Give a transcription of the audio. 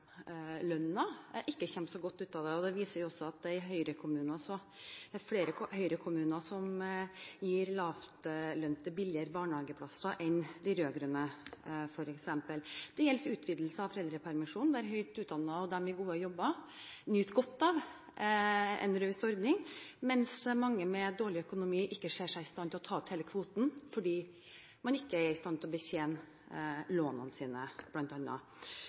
ikke kommer så godt ut av det. Det viser også at det f.eks. er flere Høyre-kommuner enn rød-grønne kommuner som gir lavlønte billigere barnehageplasser. Det gjelder utvidelse av foreldrepermisjonen der høyt utdannede og de i gode jobber nyter godt av en raus ordning, mens mange med dårlig økonomi ikke ser seg i stand til å ta ut hele kvoten, fordi man ikke er i stand til å betjene lånene sine,